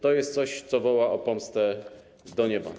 To jest coś, co woła o pomstę do nieba.